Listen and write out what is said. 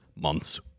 month's